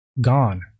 gone